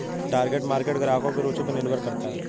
target market ग्राहकों की रूचि पर निर्भर करता है